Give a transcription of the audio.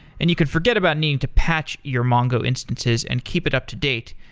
and you could forget about needing to patch your mongo instances and keep it up-to-date,